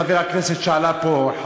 חבר הכנסת שעלה פה,